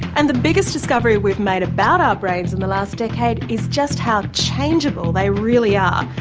and the biggest discovery we've made about our brains in the last decade is just how changeable they really are.